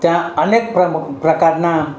ત્યાં અનેક પ્રકારના